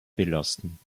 belasten